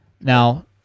Now